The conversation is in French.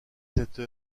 cette